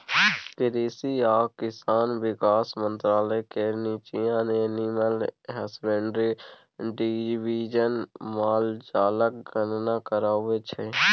कृषि आ किसान बिकास मंत्रालय केर नीच्चाँ एनिमल हसबेंड्री डिबीजन माल जालक गणना कराबै छै